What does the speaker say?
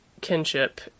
kinship